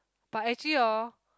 but actually hor